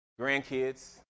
Grandkids